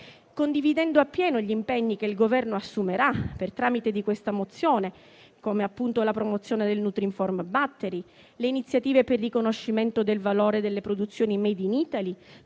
Condividendo appieno gli impegni che il Governo assumerà per tramite di questa mozione, come appunto la promozione del nutrinform battery, le iniziative per il riconoscimento del valore delle produzioni *made in Italy*,